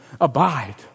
abide